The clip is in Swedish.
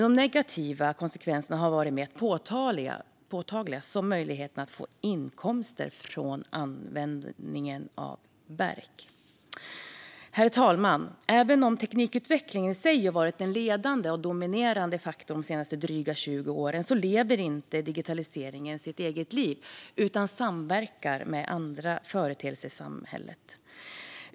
De negativa konsekvenserna har dock varit mer påtagliga, såsom möjligheten att få inkomster från användningen av verk. Herr talman! Även om teknikutvecklingen i sig varit en ledande och dominerande faktor de senaste drygt 20 åren lever inte digitaliseringen sitt eget liv utan samverkar med andra företeelser i samhället.